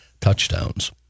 touchdowns